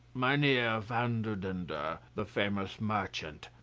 mynheer vanderdendur, the famous merchant,